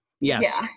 yes